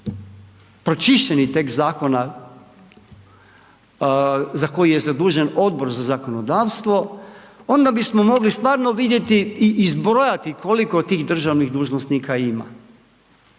pročišćeni tekst zakona za koji je zadužen Odbor za zakonodavstvo onda bismo mogli stvarno vidjeti i izbrojati koliko tih državnih dužnosnika ima,